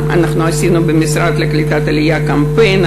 אנחנו עשינו במשרד לקליטת העלייה קמפיין,